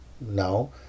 Now